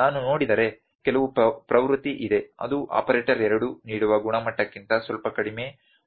ನಾನು ನೋಡಿದರೆ ಕೆಲವು ಪ್ರವೃತ್ತಿ ಇದೆ ಅದು ಆಪರೇಟರ್ 2 ನೀಡುವ ಗುಣಮಟ್ಟಕ್ಕಿಂತ ಸ್ವಲ್ಪ ಕಡಿಮೆ